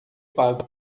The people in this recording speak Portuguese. pago